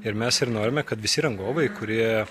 ir mes ir norime kad visi rangovai kurie